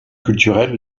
culturelle